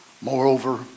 Moreover